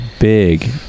big